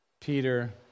Peter